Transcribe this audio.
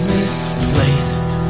misplaced